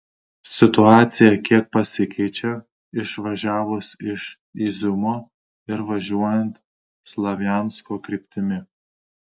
situacija kiek pasikeičia išvažiavus iš iziumo ir važiuojant slaviansko kryptimi